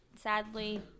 sadly